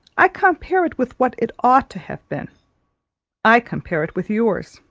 i compare it with what it ought to have been i compare it with yours.